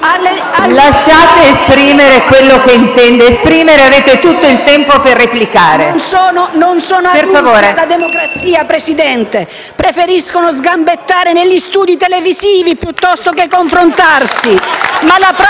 Lasciatele esprimere quello che intende esprimere. Avrete tutto il tempo per replicare. BELLANOVA *(PD)*. Non sono adusi alla democrazia, Presidente. Preferiscono sgambettare negli studi televisivi piuttosto che confrontarsi,